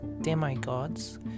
demigods